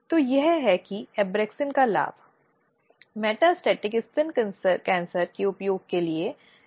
इसलिए प्रक्रियात्मक कानून या साक्ष्य का कानून जैसे कड़ाई से बोलना इन कार्यवाही पर लागू नहीं होता है